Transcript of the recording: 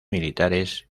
militares